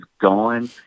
gone